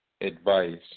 advice